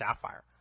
sapphire